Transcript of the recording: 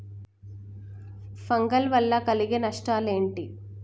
Fungal వల్ల కలిగే నష్టలేంటి?